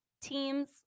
teams